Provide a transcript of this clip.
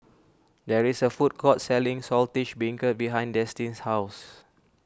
there is a food court selling Saltish Beancurd behind Destin's house